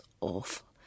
awful